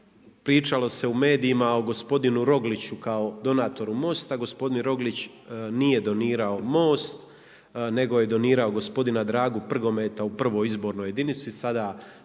pričalo se u medijima o gospodinu Rogliću kao donatoru MOST-a. Gospodin Roglić nije donirao MOST nego je donirao gospodina Dragu Prgometa u prvoj izbornoj jedinici, sada znači